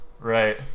Right